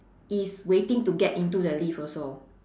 is waiting to get into the lift also